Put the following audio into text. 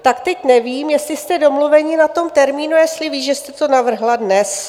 Tak teď nevím, jestli jste domluveni na tom termínu, jestli ví, že jste to navrhla dnes.